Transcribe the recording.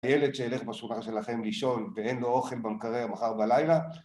הילד שילך בשורה שלכם לישון ואין לו אוכל במקרר מחר בלילה